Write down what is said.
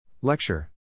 Lecture